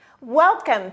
Welcome